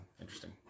Interesting